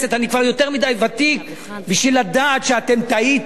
אני כבר יותר מדי ותיק בשביל לדעת שאתם טעיתם,